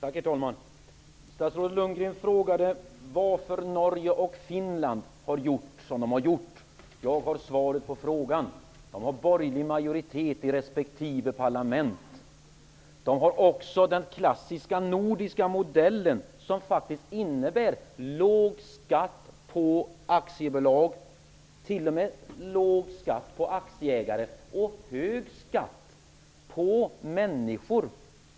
Herr talman! Statsrådet Bo Lundgren frågade varför Norge och Finland har gjort som de har gjort. Jag har svaret på frågan. De har borgerlig majoritet i respektive parlament. De har också den klassiska nordiska modell som faktiskt innebär låg skatt på aktiebolag -- t.o.m. låg skatt vad gäller aktieägare -- och hög skatt vad gäller människor.